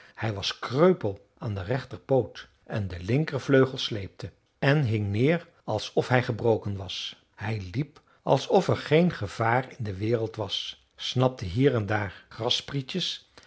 hij was kreupel aan den rechterpoot en de linkervleugel sleepte en hing neer alsof hij gebroken was hij liep alsof er geen gevaar in de wereld was snapte hier en daar grassprietjes